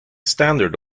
standard